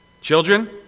Children